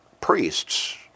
priests